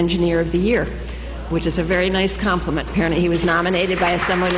engineer of the year which is a very nice compliment apparently he was nominated by someone